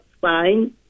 fine